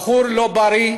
והוא בחור לא בריא.